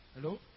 Hello